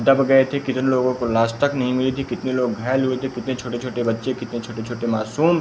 दब गए थे कितने लोगों को लास तक नहीं मिली थी कितने लोग घायल हुए थे कितने छोटे छोटे बच्चे कितने छोटे छोटे मासूम